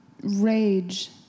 rage